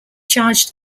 charged